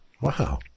Wow